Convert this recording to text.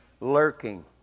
lurking